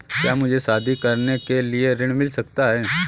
क्या मुझे शादी करने के लिए ऋण मिल सकता है?